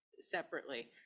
separately